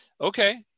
okay